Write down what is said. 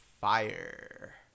Fire